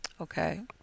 okay